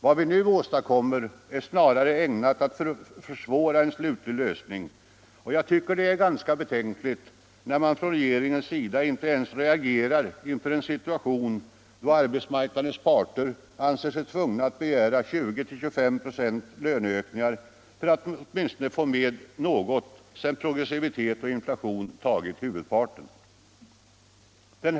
Vad vi nu åstadkommer är snarare ägnat att försvåra en slutlig lösning. Jag tycker det är ganska betänkligt när man på regeringshåll inte ens reagerar inför en situation, där arbetsmarknadens parter anser sig tvungna att begära 20-25 96 i löneökningar för att åtminstone få något över sedan progressivitet och inflation tagit huvudparten av lönehöjningen.